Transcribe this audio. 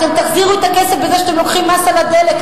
אתם תחזירו את הכסף בזה שאתם לוקחים מס על הדלק.